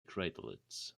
craterlets